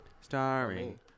Starring